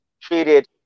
treated